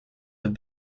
have